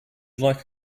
like